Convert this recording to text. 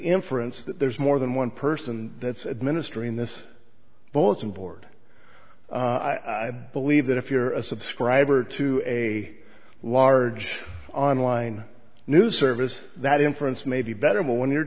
that there's more than one person that's administering this bulletin board i believe that if you're a subscriber to a large online news service that inference may be better when you're